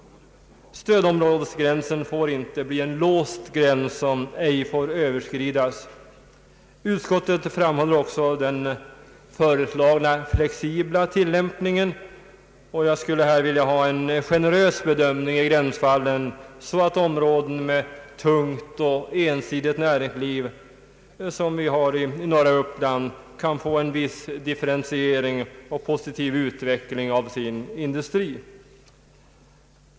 Stödområdesgränsen får inte bli en låst gräns som ej får överskridas. Utskottet framhåller också den föreslagna flexibla tillämpningen. Jag skulle här vilja ha en generös bedömning i gränsfallen, så att områden med tungt och ensidigt näringsliv — som i norra Uppland — kan få en viss differentiering och positiv utveckling av sin industri.